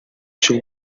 cy’u